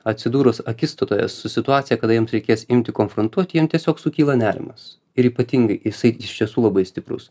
atsidūrus akistatoje su situacija kada jiems reikės imti konfrontuoti jiem tiesiog sukyla nerimas ir ypatingai jisai iš tiesų labai stiprus